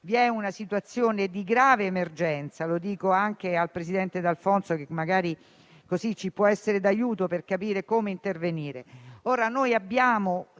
vi è una situazione di grave emergenza. Lo dico anche al presidente D'Alfonso, che, magari, ci può essere d'aiuto per capire come intervenire.